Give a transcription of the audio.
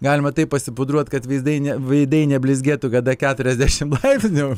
galima taip pasipudruot kad vaizdai ne veidai neblizgėtų kada keturiasdešim laipsnių